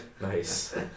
Nice